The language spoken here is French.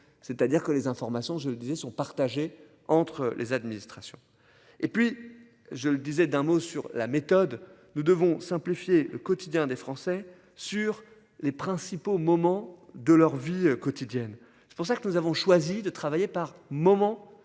c'est-à-dire que les informations, je le disais, sont partagés entre les administrations et puis je le disais, d'un mot sur la méthode, nous devons simplifier le quotidien des Français sur les principaux moments de leur vie quotidienne. C'est pour ça que nous avons choisi de travailler par moments